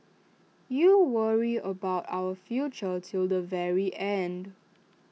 you worry about our future till the very end